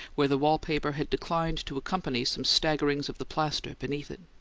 where the wall-paper had declined to accompany some staggerings of the plaster beneath it.